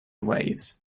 waves